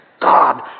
God